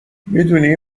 میدونی